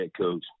coach